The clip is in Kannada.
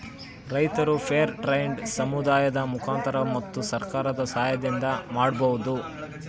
ರೈತರು ಫೇರ್ ಟ್ರೆಡ್ ಸಮುದಾಯದ ಮುಖಾಂತರ ಮತ್ತು ಸರ್ಕಾರದ ಸಾಹಯದಿಂದ ಮಾಡ್ಬೋದು